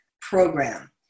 program